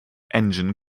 engine